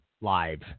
live